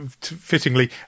fittingly